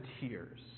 tears